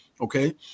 Okay